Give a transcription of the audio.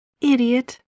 Idiot